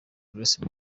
grace